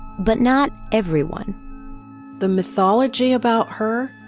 but not everyone the mythology about her,